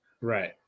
Right